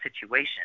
situation